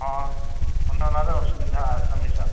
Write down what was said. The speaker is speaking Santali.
ᱦᱮᱸ ᱚᱱᱮ ᱚᱱᱟᱜᱮ ᱚᱥᱩᱵᱤᱫᱟᱜᱼᱟ ᱟᱥᱟᱢᱤ ᱥᱟᱵ